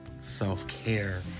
self-care